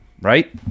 right